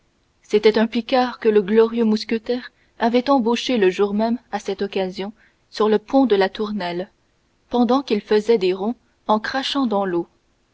c'était un picard que le glorieux mousquetaire avait embauché le jour même et à cette occasion sur le pont de la tournelle pendant qu'il faisait des ronds en crachant dans l'eau